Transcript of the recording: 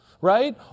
right